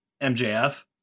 mjf